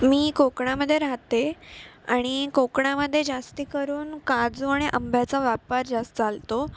मी कोकणामध्ये राहते आणि कोकणामध्ये जास्त करून काजू आणि आंब्याचा व्यापार जास्त चालतो